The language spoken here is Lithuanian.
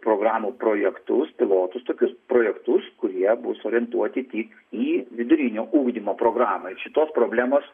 programų projektus pilotus tokius projektus kurie bus orientuoti tik į vidurinio ugdymo programą ir šitos problemos